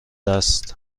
است